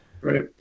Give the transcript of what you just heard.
Right